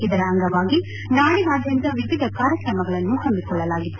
ಇದರ ಅಂಗವಾಗಿ ನಾಡಿನಾದ್ಯಂತ ವಿವಿಧ ಕಾರ್ಯಕ್ರಮಗಳನ್ನು ಹಮ್ಮಿಕೊಳ್ಳಲಾಗಿತ್ತು